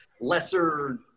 lesser